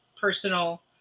personal